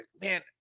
man